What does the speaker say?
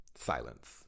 Silence